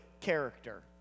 character